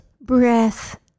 breath